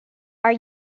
are